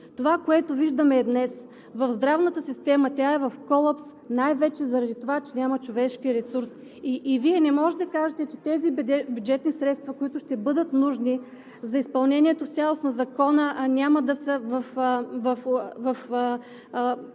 Това, което виждаме и днес в здравната система – тя е в колапс най-вече заради това, че няма човешки ресурс. Вие не може да кажете, че тези бюджетни средства, които ще бъдат нужни за изпълнение в цяло със Закона, няма да са в